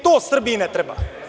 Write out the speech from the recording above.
To Srbiji ne treba.